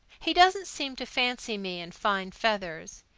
he doesn't seem to fancy me in fine feathers.